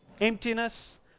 Emptiness